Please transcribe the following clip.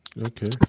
Okay